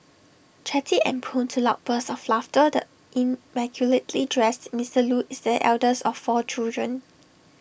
chatty and prone to loud bursts of laughter the immaculately dressed Mister Loo is the eldest of four children